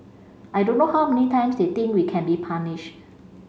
I don't know how many times they think we can be punished